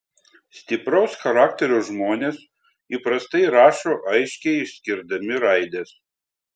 stipraus charakterio žmonės įprastai rašo aiškiai išskirdami raides